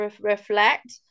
reflect